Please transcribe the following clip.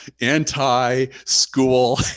anti-school